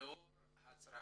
האם לאור הצרכים